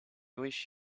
wish